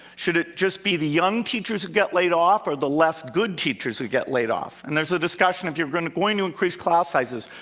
should it just be the young teachers who get laid off, or the less good teachers who get laid off? and there's a discussion if you're going going to increase class sizes,